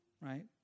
Right